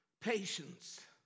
patience